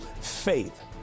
faith